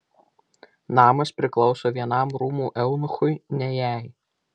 namas priklauso vienam rūmų eunuchui ne jai